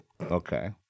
Okay